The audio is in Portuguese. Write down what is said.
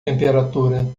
temperatura